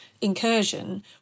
incursion